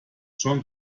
schon